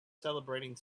celebrating